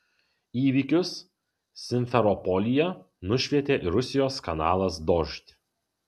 įvykius simferopolyje nušvietė ir rusijos kanalas dožd